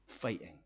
fighting